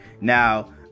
Now